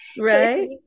Right